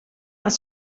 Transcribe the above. ist